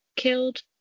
Killed